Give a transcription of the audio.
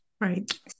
right